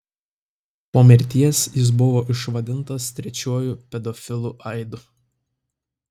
po mirties jis buvo išvadintas trečiuoju pedofilu aidu